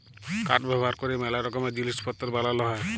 কাঠ ব্যাভার ক্যরে ম্যালা রকমের জিলিস পত্তর বালাল হ্যয়